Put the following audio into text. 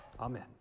Amen